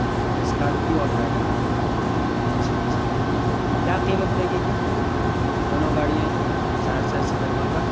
جی Scorpio اور Wagon R اچھا اچھا کیا قیمت لگے گی دونوں گاڑیوں کی سہرسہ سے دربھنگہ